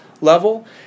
level